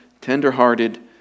tenderhearted